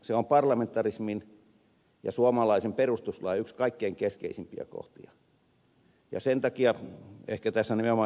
se on parlamentarismin ja suomalaisen perustuslain yksi kaikkein keskeisimpiä kohtia ja sen takia tässä ehkä nimenomaan ed